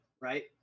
right